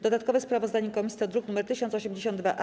Dodatkowe sprawozdanie komisji to druk nr 1082-A.